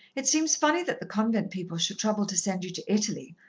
it seems funny that the convent people should trouble to send you to italy,